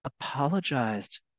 apologized